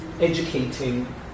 educating